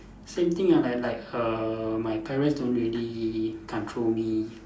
same thing ah like like err my parents don't really control me